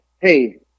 hey